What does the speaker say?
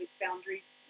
boundaries